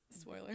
Spoiler